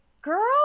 girl